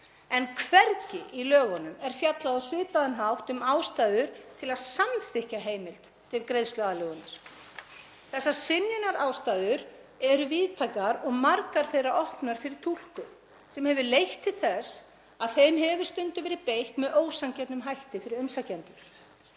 en hvergi í lögunum er fjallað á svipaðan hátt um ástæður til að samþykkja heimild til greiðsluaðlögunar. Þessar synjunarástæður eru víðtækar og margar þeirra opnar fyrir túlkun sem hefur leitt til þess að þeim hefur stundum verið beitt með ósanngjörnum hætti fyrir umsækjendur.